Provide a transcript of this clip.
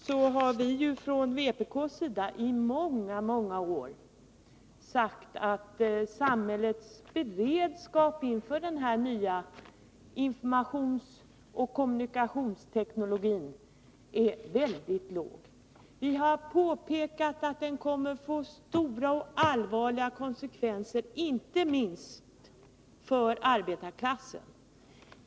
Från vpk:s sida har vi i många år sagt att samhällets beredskap inför den nya informationsoch kommunikationsteknologin är väldigt låg. Vi har påpekat att den kommer att få stora och allvarliga konsekvenser inte minst för arbetarklassen.